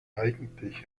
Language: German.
eigentlich